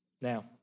Now